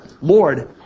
Lord